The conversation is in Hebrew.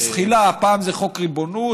בזחילה: פעם זה חוק ריבונות,